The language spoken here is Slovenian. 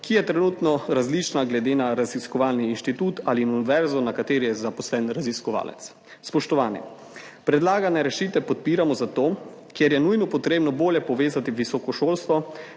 ki je trenutno različna glede na raziskovalni inštitut ali univerzo, na kateri je zaposlen raziskovalec. Spoštovani, predlagane rešitve podpiramo zato, ker je nujno potrebno bolje povezati visoko šolstvo,